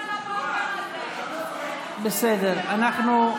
בסדר, אנחנו,